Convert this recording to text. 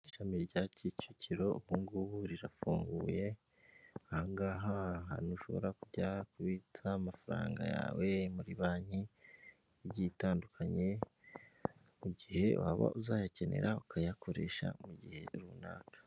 Ishami rya Kicukiro ubu ngubu rirafunguye, aha ngaha ahantu ushobora kujya kubitsa amafaranga yawe muri banki igiye itandukanye, mu gihe waba uzayakenera ukayakoresha mu gihe runaka.